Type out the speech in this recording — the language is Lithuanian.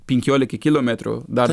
penkiolika kilometrų dar